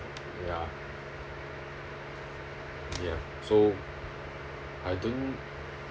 ya ya so I don't